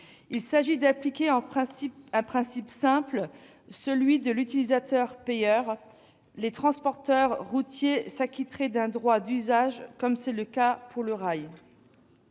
Il s'agit d'appliquer deux principes simples : celui de l'utilisateur-payeur, selon lequel les transporteurs routiers s'acquitteraient d'un droit d'usage, comme c'est le cas pour le rail,